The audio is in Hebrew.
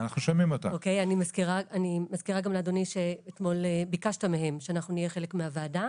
אני מזכירה גם לאדוני שאתמול ביקשת מהם שאנחנו נהיה חלק מהוועדה,